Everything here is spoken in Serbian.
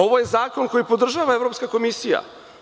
Ovo je zakon koji podržava Evropska komisija.